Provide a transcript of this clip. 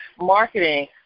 marketing